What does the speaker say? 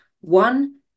One